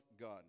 God